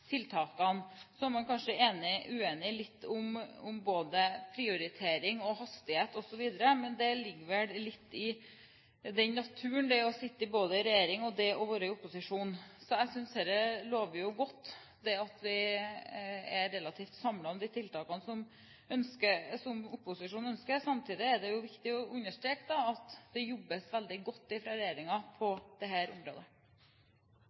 ligger vel i sakens natur, ut fra det å sitte i regjering og det å være i opposisjon. Jeg synes det lover godt at vi er relativt samlet om de tiltakene som opposisjonen ønsker. Samtidig er det viktig å understreke at det jobbes veldig godt fra regjeringen på dette området.